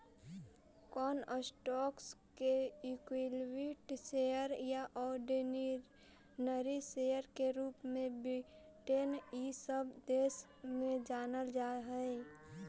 कौन स्टॉक्स के equity share या ऑर्डिनरी शेयर के रूप में ब्रिटेन इ सब देश में जानल जा हई